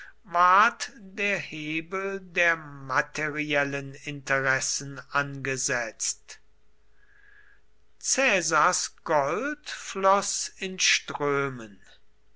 der hebel der materiellen interessen angesetzt caesars gold floß in strömen